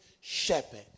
shepherd